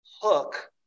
hook